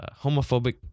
homophobic